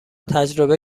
تجربه